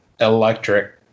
electric